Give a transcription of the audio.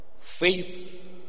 faith